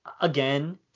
again